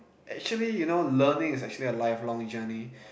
actually you know learning is actually a lifelong jurney